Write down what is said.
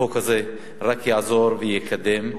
החוק הזה רק יעזור ויקדם.